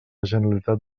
generalitat